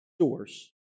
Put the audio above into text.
source